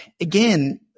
again